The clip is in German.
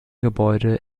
gebäude